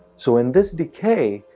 so in this decay,